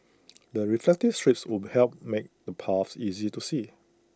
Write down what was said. the reflective strips would help make the paths easier to see